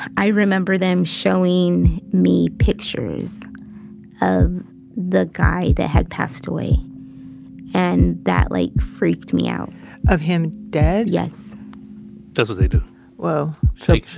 i remember them showing me pictures of the guy that had passed away and that like freaked me out of him dead? yes that's what they do woah. so like